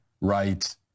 right